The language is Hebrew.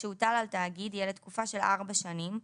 שהוטל על תאגיד יהיה לתקופה של ארבע שנים,